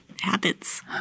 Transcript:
habits